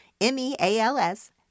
M-E-A-L-S